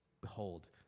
Behold